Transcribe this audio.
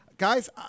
Guys